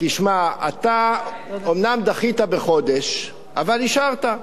תשמע, אתה אומנם דחית בחודש, אבל אישרת,